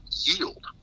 yield